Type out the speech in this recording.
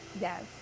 Yes